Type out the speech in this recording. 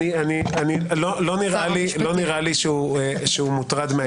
לא נראה לי שהוא מוטרד מהעניין,